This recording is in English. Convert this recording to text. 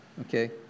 Okay